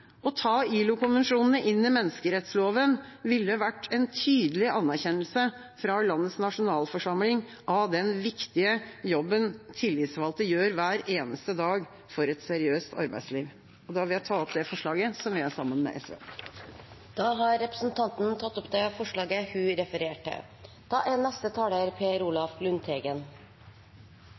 Å ta ILO-konvensjonene inn i menneskerettsloven ville vært en tydelig anerkjennelse fra landets nasjonalforsamling av den viktige jobben tillitsvalgte gjør hver eneste dag for et seriøst arbeidsliv. Da vil jeg ta opp det forslaget som vi har sammen med SV. Representanten Lise Christoffersen har tatt opp det forslaget hun refererte til.